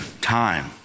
time